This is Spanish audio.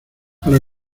para